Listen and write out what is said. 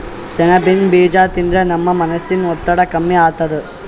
ಸೆಣಬಿನ್ ಬೀಜಾ ತಿಂದ್ರ ನಮ್ ಮನಸಿನ್ ಒತ್ತಡ್ ಕಮ್ಮಿ ಆತದ್